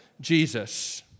Jesus